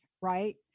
right